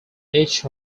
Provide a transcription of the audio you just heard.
each